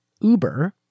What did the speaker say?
Uber